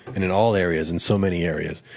and in all areas, and so many areas,